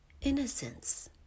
innocence